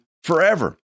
forever